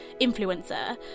influencer